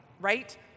right